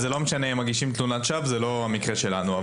אם מגישים תלונת שווא, זה לא המקרה שלנו.